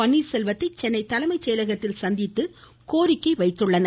பன்னீர்செல்வத்தை சென்னை தலைமை செயலகத்தில் சந்தித்து கோரிக்கை வைத்தனர்